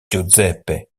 giuseppe